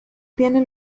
tiene